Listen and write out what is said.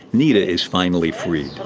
nita is finally freed.